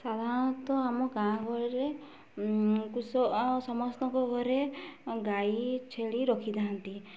ସାଧାରଣତଃ ଆମ ଗାଁ ଗହଳିରେ ଆଉ ସମସ୍ତଙ୍କ ଘରେ ଗାଈ ଛେଳି ରଖିଥାଆନ୍ତି